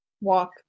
walk